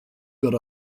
got